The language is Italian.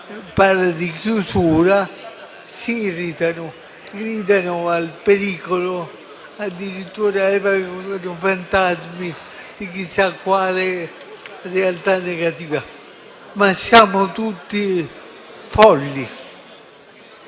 parla di chiusura), si irritano, gridano al pericolo e addirittura evocano fantasmi di chissà quale realtà negativa. Ma siamo tutti folli?